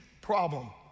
problem